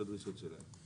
קימת 80 שנים.